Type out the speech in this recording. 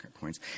coins